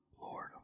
Lord